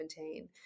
2017